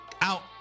out